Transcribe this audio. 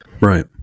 Right